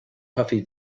puffy